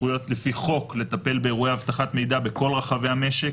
סמכויות לפי חוק לטפל באירועי אבטחת מידע בכל רחבי המשק,